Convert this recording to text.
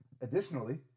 Additionally